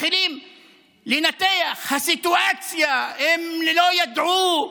מתחילים לנתח את הסיטואציה: הם לא ידעו,